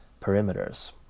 perimeters